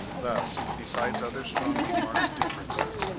thus, besides other strongly-marked differences,